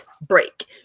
break